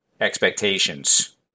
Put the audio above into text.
expectations